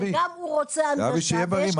שיהיה בריא,